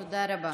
תודה רבה.